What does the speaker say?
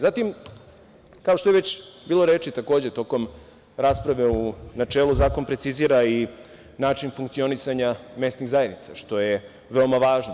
Zatim, kao što je već bilo reči tokom rasprave u načelu, zakon precizira i način funkcionisanja mesnih zajednica što je veoma važno.